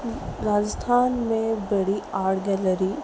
राजस्थान बड़ी आर गैलीरी